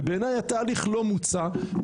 ובעיניי התהליך לא מוצה,